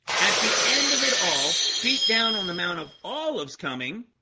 at the end of it all feet down on the mount of olives coming